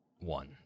one